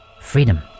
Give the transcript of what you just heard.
Freedom